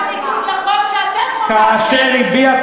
בניגוד לחוק שאתם חוקקתם.